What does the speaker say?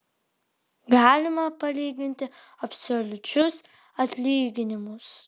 galima palyginti absoliučius atlyginimus